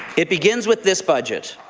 it begins with this budget.